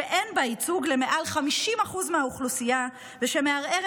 שאין בה ייצוג למעל 50% מהאוכלוסייה ומערערת